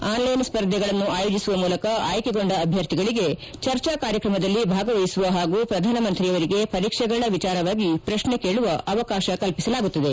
online ಸ್ಪರ್ಧೆಗಳನ್ನು ಆಯೋಜಿಸುವ ಮೂಲಕ ಆಯ್ಲೆಗೊಂಡ ಅಭ್ವರ್ಥಿಗಳಿಗೆ ಚರ್ಚಾ ಕಾರ್ಯಕ್ರಮದಲ್ಲಿ ಭಾಗವಹಿಸುವ ಹಾಗೂ ಪ್ರಧಾನಮಂತ್ರಿಯವರಿಗೆ ಪರೀಕ್ಷೆಗಳ ವಿಚಾರವಾಗಿ ಪ್ರಶ್ನೆ ಕೇಳುವ ಅವಕಾಶ ಕಲ್ಪಿಸಲಾಗುತ್ತದೆ